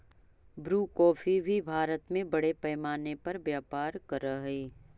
Bru coffee भी भारत में बड़े पैमाने पर व्यापार करअ हई